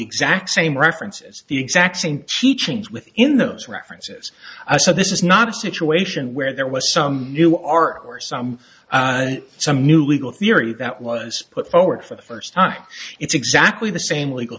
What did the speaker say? exact same references the exact same teachings within those references so this is not a situation where there was some new art or some some new legal theory that was put forward for the first time it's exactly the same legal